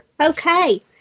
Okay